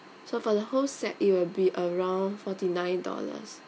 so for the whole set it will be around forty nine dollars